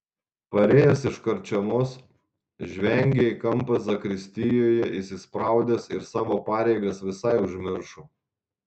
parėjęs iš karčiamos žvengė į kampą zakristijoje įsispraudęs ir savo pareigas visai užmiršo